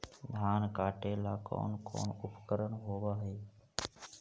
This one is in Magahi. धान काटेला कौन कौन उपकरण होव हइ?